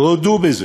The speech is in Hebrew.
שהודו בזה